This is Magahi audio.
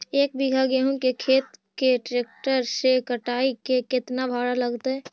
एक बिघा गेहूं के खेत के ट्रैक्टर से कटाई के केतना भाड़ा लगतै?